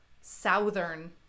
southern